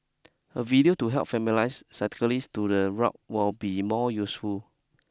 a video to help familiarise cyclist to the route will be more useful